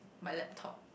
my laptop